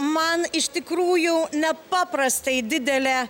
man iš tikrųjų nepaprastai didelė